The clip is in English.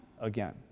again